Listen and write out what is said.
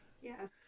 Yes